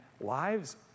lives